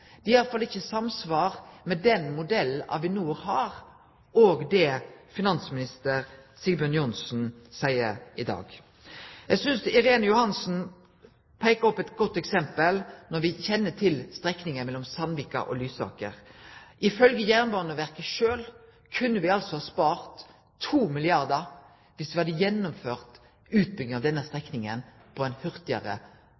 ikkje samsvar mellom den modellen Avinor har, og det finansminister Sigbjørn Johnsen seier i dag. Eg synest Irene Johansen òg peiker på eit godt eksempel; vi kjenner til strekninga mellom Sandvika og Lysaker. Ifølgje Jernbaneverket sjølv kunne vi ha spart 2 milliardar kr dersom vi hadde gjennomført utbygginga av denne